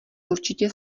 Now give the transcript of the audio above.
určitě